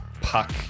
Puck